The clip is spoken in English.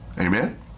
Amen